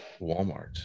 Walmart